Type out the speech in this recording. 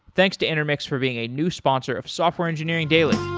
thanks to intermix for being a new sponsor of software engineering daily